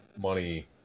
money